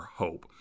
hope